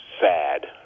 sad